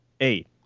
eight